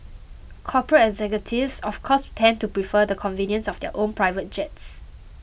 corporate executives of course tend to prefer the convenience of their own private jets